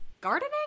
Gardening